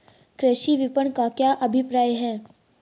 कृषि विपणन का क्या अभिप्राय है?